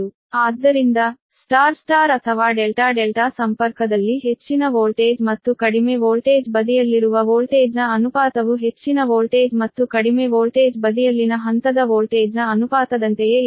ಆದ್ದರಿಂದ star star ಅಥವಾ delta delta ಸಂಪರ್ಕದಲ್ಲಿ ಹೆಚ್ಚಿನ ವೋಲ್ಟೇಜ್ ಮತ್ತು ಕಡಿಮೆ ವೋಲ್ಟೇಜ್ ಬದಿಯಲ್ಲಿರುವ ವೋಲ್ಟೇಜ್ನ ಅನುಪಾತವು ಹೆಚ್ಚಿನ ವೋಲ್ಟೇಜ್ ಮತ್ತು ಕಡಿಮೆ ವೋಲ್ಟೇಜ್ ಬದಿಯಲ್ಲಿನ ಹಂತದ ವೋಲ್ಟೇಜ್ನ ಅನುಪಾತದಂತೆಯೇ ಇರುತ್ತದೆ